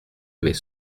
avait